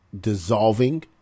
dissolving